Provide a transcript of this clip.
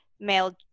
male